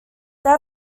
they